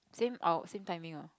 same our~ same timing